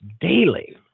daily